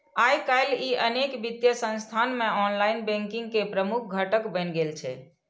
आइकाल्हि ई अनेक वित्तीय संस्थान मे ऑनलाइन बैंकिंग के प्रमुख घटक बनि गेल छै